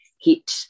hit